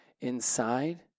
inside